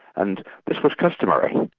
and this was customary,